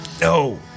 No